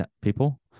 people